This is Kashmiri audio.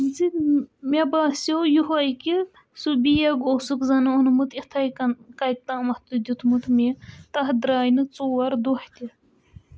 زِ مےٚ باسٮ۪و یِہَے کہِ سُہ بیگ اوسُکھ زَن اوٚنمُت یِتھٕے کٔنۍ کَتہِ تامَتھ تہٕ دیُتمُت مےٚ تَتھ درٛاے نہٕ ژور دۄہ تہِ